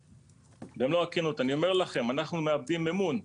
במלוא הכנות אני אומר לכם, אנחנו מאבדים אמון.